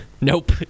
Nope